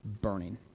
burning